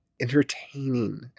entertaining